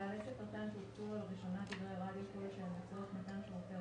בעל עסק רט"ן שהוקצו לו לראשונה תדרי רדיו כלשהם לצורך מתן שרותי